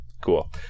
Cool